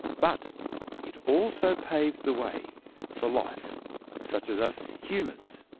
but it also paved the way for life such as us humans.